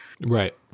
Right